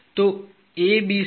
तो A B C